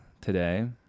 today